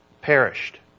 perished